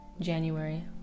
January